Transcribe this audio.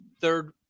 third –